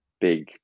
big